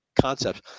concept